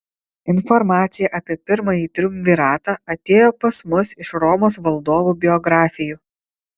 informacija apie pirmąjį triumviratą atėjo pas mus iš romos valdovų biografijų